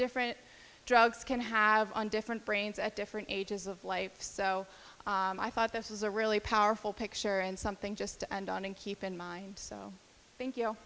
different drugs can have on different brains at different ages of life so i thought this is a really powerful picture and something just to end on and keep in mind so i think you